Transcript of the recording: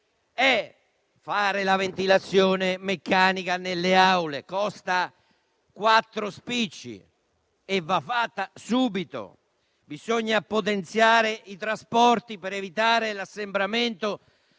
fare la ventilazione meccanica nelle aule, che costa quattro spicci e va fatta subito; potenziare i trasporti per evitare l'assembramento